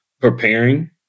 preparing